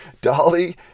Dolly